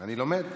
אני לומד.